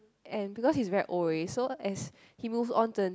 and because he's very old already so as he moves on to the